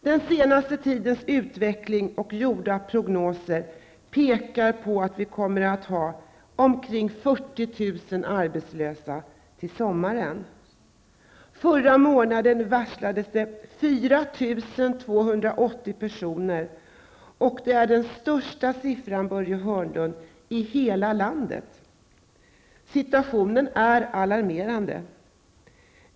Den senaste tidens utveckling och gjorda prognoser pekar på att vi kommer att ha omkring 40 000 4 280 personer, och det är den största siffran, Börje Situationen är alarmerande.